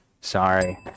Sorry